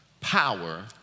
power